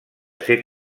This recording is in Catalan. ser